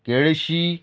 केळशी